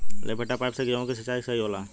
लपेटा पाइप से गेहूँ के सिचाई सही होला?